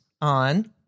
on